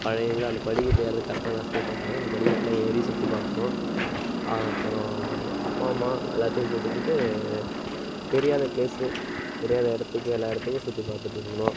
பழனியில் அந்த படிக்கட்டு ஏர்றது கஷ்டம் கஷ்டம்னு சொல்கிறாங்க அந்த படிக்கட்டில் ஏறி சுற்றி பார்க்கணும் அப்புறம் அப்பா அம்மா எல்லாத்தையும் கூட்டுக்கிட்டு தெரியாத ப்ளேஸு தெரியாத இடத்துக்கு எல்லா இடத்துக்கும் சுற்றி பார்த்துட்டு இருக்கணும்